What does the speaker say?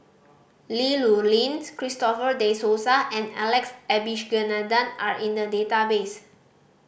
Li Rulin Christopher De Souza and Alex Abisheganaden are in the database